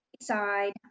side